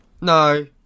No